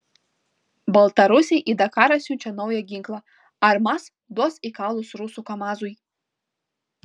baltarusiai į dakarą siunčia naują ginklą ar maz duos į kaulus rusų kamazui